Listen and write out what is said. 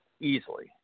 easily